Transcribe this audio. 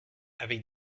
avec